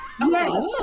Yes